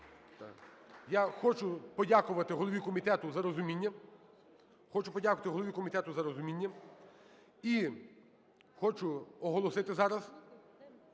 Хочу подякувати голові комітету за розуміння. І хочу оголосити зараз